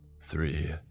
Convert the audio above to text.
three